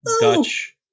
Dutch